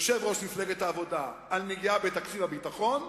יושב-ראש מפלגת העבודה, על נגיעה בתקציב הביטחון,